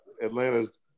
Atlanta's